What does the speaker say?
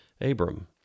Abram